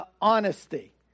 honesty